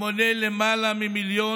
המונה למעלה ממיליון